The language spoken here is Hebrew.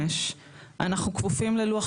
אנחנו כפופים לתמ"א 35,